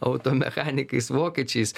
auto mechanikais vokiečiais